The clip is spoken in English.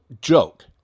joke